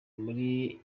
muri